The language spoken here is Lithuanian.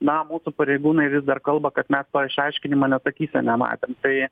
na mūsų pareigūnai vis dar kalba kad mes to išaiškinimo net akyse nematėm tai